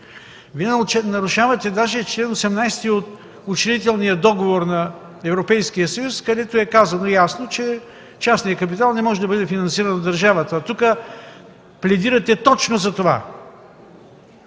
Вие нарушавате даже чл. 18 от Учредителния договор на Европейския съюз, където е казано ясно, че частният капитал не може да бъде финансиран от държавата, а тук пледирате точно за това